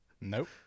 Nope